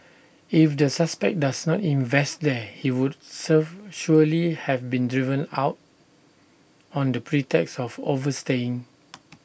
if the suspect does not invest there he would surf surely have been driven out on the pretext of overstaying